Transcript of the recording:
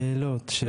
שאלות, שאלה.